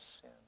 sin